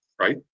right